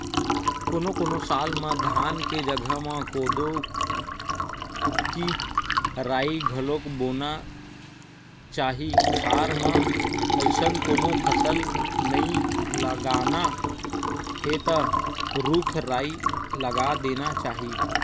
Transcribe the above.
कोनो कोनो साल म धान के जघा म कोदो, कुटकी, राई घलोक बोना चाही खार म अइसन कोनो फसल नइ लगाना हे त रूख राई लगा देना चाही